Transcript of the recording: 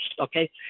okay